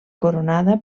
coronada